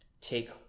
take